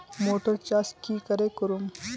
Motor चास की करे करूम?